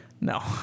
No